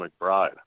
McBride